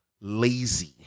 lazy